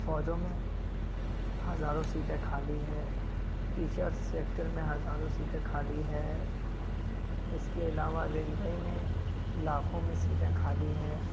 فوجوں میں ہزاروں سیٹیں خالی ہے ٹیچر سیکٹر میں ہزاروں سیٹیں خالی ہے اس کے علاوہ ریلوے میں لاکھوں میں سیٹیں خالی ہیں